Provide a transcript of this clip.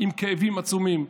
עם כאבים עצומים.